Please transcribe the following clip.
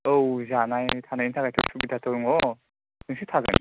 औ जानाय थानायनि थाखायथ' सुबिदा दङ नोंसोर थागोन